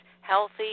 healthy